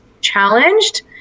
challenged